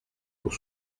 pour